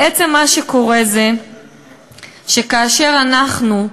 בעצם מה שקורה זה שכאשר אנחנו,